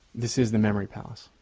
this is the memory palace,